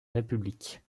république